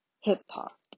hip-hop